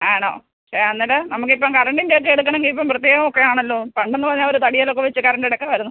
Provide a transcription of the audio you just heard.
ആണോ അന്നേരം നമുക്കിപ്പം കറണ്ടിൻ്റെയൊക്കെ എടുക്കണമെങ്കിൽ ഇപ്പം പ്രത്യേകം ഒക്കെയാണല്ലോ പണ്ടെന്ന് പറഞ്ഞാൽ ഒരു തടിയേലൊക്കെ വെച്ച് കറണ്ടെടുക്കാമായിരുന്നു